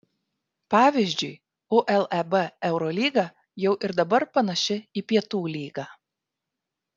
pavyzdžiui uleb eurolyga jau ir dabar panaši į pietų lygą